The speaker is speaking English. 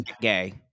gay